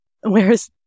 Whereas